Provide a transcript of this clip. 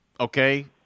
okay